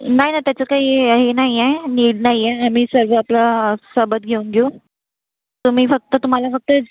नाही न त्याचं काही हे नाही आहे नीड नाही आहे आम्ही सर्व आपलं सोबत घेऊन घेऊ तुम्ही फक्त तुम्हाला फक्त